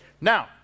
Now